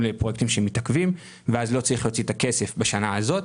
לפרויקטים שמתעכבים ואז לא צריך להוציא את הכסף בשנה הזאת.